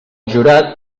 jurat